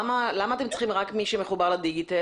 למה אתם צריכים רק מי שמחובר לדיגיטל?